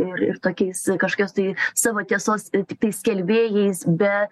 ir ir tokiais kažkokios tai savo tiesos tiktai skelbėjais be